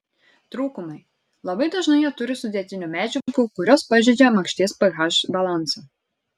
trūkumai labai dažnai jie turi sudėtinių medžiagų kurios pažeidžia makšties ph balansą